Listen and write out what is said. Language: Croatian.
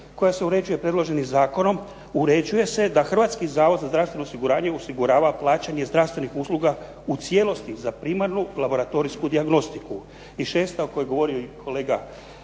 koja se uređuje predloženim zakonom uređuje se da Hrvatski zavod za zdravstveno osiguranje osigurava plaćanje zdravstvenih usluga u cijelosti za primarnu laboratorijsku dijagnostiku. I šesta o kojoj je govorio i kolega